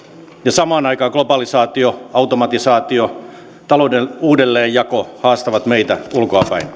samaan aikaan globalisaatio automatisaatio talouden uudelleenjako haastavat meitä ulkoapäin